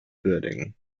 würdigen